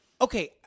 okay